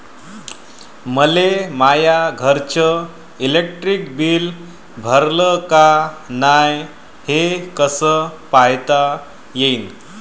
मले माया घरचं इलेक्ट्रिक बिल भरलं का नाय, हे कस पायता येईन?